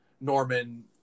Norman